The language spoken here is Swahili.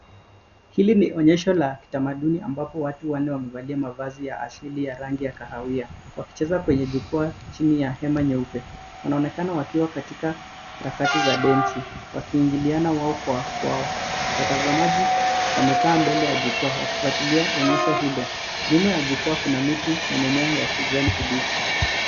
Hili ni onyesho la kitamaduni ambapo watu wanne wamevalia mavazi ya asili ya rangi ya kahawia wakicheza kwenye jukwaa chini ya hema nyeupe. Wanaonekana wakiwa katika harakati za densi wakiingiliana wao kwa wao. Watazamaji wamekaa mbele ya jukwaa wakifuatilia onyesho hilo. Nyuma ya jukwaa kuna miti na mimea ya kijani kibichi.